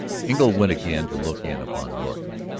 engle went again to look in upon norton.